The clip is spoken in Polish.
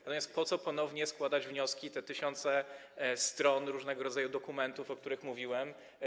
Natomiast po co ponownie składać wnioski, te tysiące stron różnego rodzaju dokumentów, o których mówiłem?